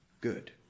good